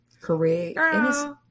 Correct